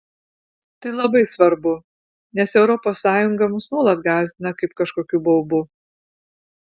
tai labai svarbu nes europos sąjunga mus nuolat gąsdina kaip kažkokiu baubu